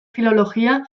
filologia